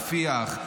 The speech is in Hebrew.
רפיח,